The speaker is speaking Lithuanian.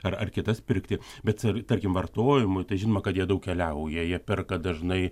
ar ar kitas pirkti bet tarkim vartojimui tai žinoma kad jie daug keliauja jie perka dažnai